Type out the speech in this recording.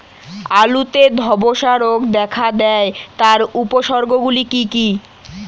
আলুতে ধ্বসা রোগ দেখা দেয় তার উপসর্গগুলি কি কি?